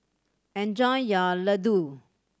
enjoy your Ladoo